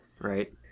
right